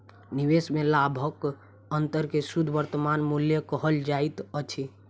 निवेश में लाभक अंतर के शुद्ध वर्तमान मूल्य कहल जाइत अछि